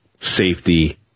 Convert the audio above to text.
safety